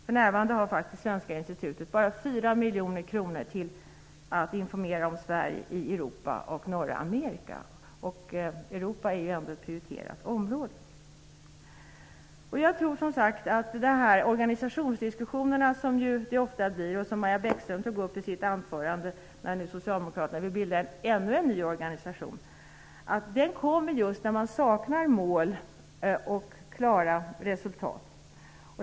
För närvarande har faktiskt Svenska institutet bara 4 miljoner kronor för att informera om Sverige i Europa och norra Amerika, och Europa är ändå ett prioriterat område. Det förs ofta organisationsdiskussioner, och även Maja Bäckström tog i sitt anförande upp en sådan. Socialdemokraterna vill nu bilda ytterligare en organisation. Jag tror att denna diskussion uppkommer just när man saknar mål och inte ser klara resultat.